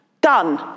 Done